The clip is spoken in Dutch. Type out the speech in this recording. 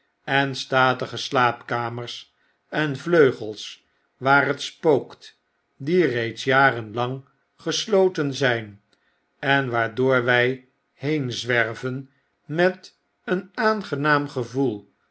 en statige slaapkamers en vleugels waar net spookt die reeds jaren lang gesloten zyn en waardoor wij heen zwerven met een aangenaam gevoel